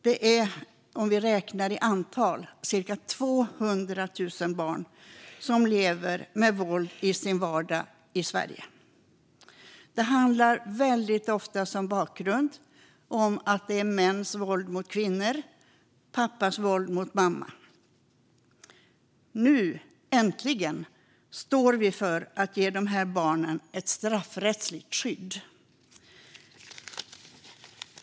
Det är cirka 200 000 barn som lever med våld i sin vardag i Sverige. Det handlar väldigt ofta om mäns våld mot kvinnor, pappas våld mot mamma. Nu, äntligen, står vi inför att ge de här barnen ett straffrättsligt skydd.